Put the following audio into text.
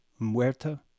muerta